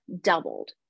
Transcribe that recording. doubled